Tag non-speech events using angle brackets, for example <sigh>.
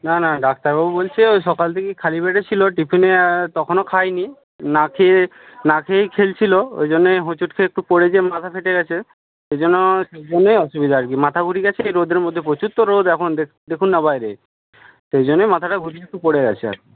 না না ডাক্তারবাবু বলছে ওই সকাল থেকেই খালি পেটে ছিল টিফিনে তখনও খায়নি না খেয়ে না খেয়েই খেলছিল ওই জন্যই হোঁচট খেয়ে একটু পড়ে গিয়ে মাথা ফেটে গেছে এই জন্য <unintelligible> অসুবিধা আর কি মাথা ঘুরে গেছে এই রোদের মধ্যে প্রচুর তো রোদ এখন <unintelligible> দেখুন না বাইরে সেই জন্যই মাথাটা ঘুরিয়ে একটু পড়ে গেছে আর কি